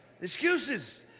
Excuses